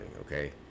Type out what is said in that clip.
okay